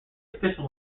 official